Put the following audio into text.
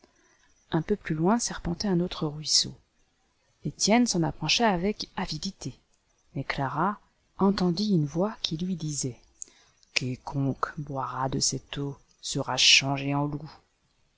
un peu plus loin serpentait un autre ruisseau etienne s'en approcha avec avidité mais clara entendit une voix qui lui disait quiconque boira de cette eau sera changé en